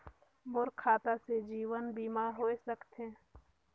मोर खाता से जीवन बीमा होए सकथे?